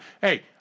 Hey